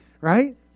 right